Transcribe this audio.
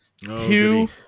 two